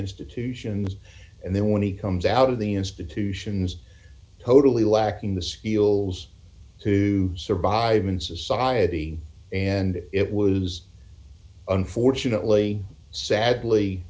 institutions and then when he comes out of the institutions totally lacking the skills to survive in society and it was unfortunately sadly